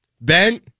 Ben